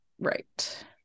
Right